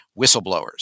whistleblowers